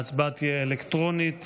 ההצבעה תהיה אלקטרונית.